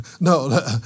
No